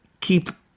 keep